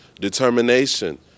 determination